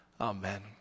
Amen